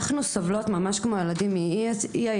אנחנו סובלות ממש כמו הילדים מאי-היציבות.